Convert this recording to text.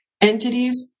entities